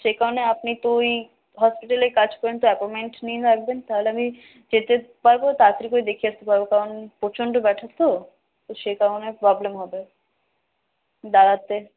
সে কারণে আপনি তো ওই হসপিটালে কাজ করেন তো অ্যাপয়েন্টমেন্ট নিয়ে রাখবেন তাহলে আমি যেতে পারব তাড়াতাড়ি করে দেখিয়ে আসতে পারব কারণ প্রচন্ড ব্যথা তো সে কারণে প্রবলেম হবে দাঁড়াতে